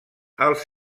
els